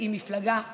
עם מפלגה כרע"מ,